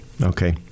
Okay